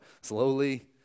slowly